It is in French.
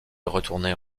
retourner